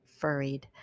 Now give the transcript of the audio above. furried